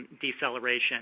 deceleration